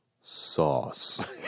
sauce